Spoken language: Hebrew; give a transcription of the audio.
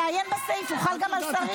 תעיין בסעיף, הוא חל גם על שרים.